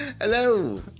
Hello